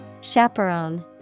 Chaperone